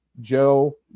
Joe